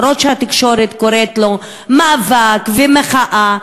למרות שהתקשורת קוראת לזה "מאבק" ו"מחאה",